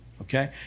okay